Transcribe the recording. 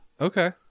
Okay